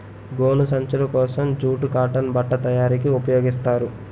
గోను సంచులు కోసం జూటు కాటన్ బట్ట తయారీకి ఉపయోగిస్తారు